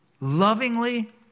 lovingly